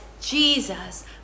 Jesus